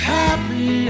happy